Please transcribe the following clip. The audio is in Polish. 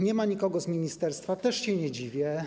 Nie ma nikogo z ministerstwa, czemu też się nie dziwię.